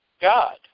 God